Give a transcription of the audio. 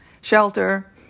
Shelter